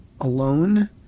alone